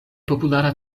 populara